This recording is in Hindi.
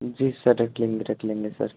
जी सर रख लेंगे रख लेंगे सर